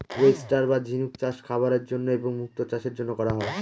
oyster বা ঝিনুক চাষ খাবারের জন্য এবং মুক্তো চাষের জন্য করা হয়